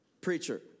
preacher